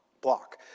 block